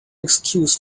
excuse